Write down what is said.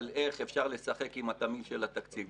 איך אפשר לשחק עם התמהיל של התקציב.